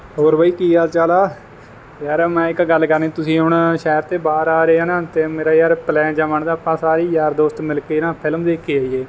ਹੋਰ ਬਾਈ ਕੀ ਹਾਲ ਚਾਲ ਆ ਯਾਰ ਮੈਂ ਇੱਕ ਗੱਲ ਕਰਨੀ ਸੀ ਤੁਸੀਂ ਹੁਣ ਸ਼ਹਿਰ ਤੋਂ ਬਾਹਰ ਆ ਰਹੇ ਆ ਨਾ ਅਤੇ ਮੇਰਾ ਯਾਰ ਪਲੈਨ ਜਿਹਾ ਬਣਦਾ ਆਪਾਂ ਸਾਰੇ ਯਾਰ ਦੋਸਤ ਮਿਲ ਕੇ ਨਾ ਫਿਲਮ ਦੇਖ ਕੇ ਆਈਏ